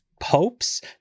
Popes